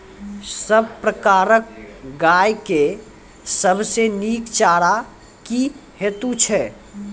सब प्रकारक गाय के सबसे नीक चारा की हेतु छै?